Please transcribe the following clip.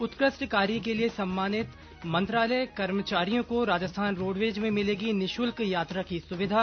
उत्कृष्ट कार्य के लिए सम्मानित मंत्रालय कर्मचारियों को राजस्थान रोडवेज में मिलेगी निःशुल्क यात्रा की सुविधा